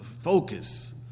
focus